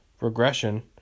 regression